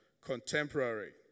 contemporary